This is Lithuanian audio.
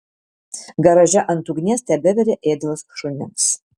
garaže ant ugnies tebevirė ėdalas šunims